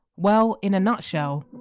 well, in a nutshell,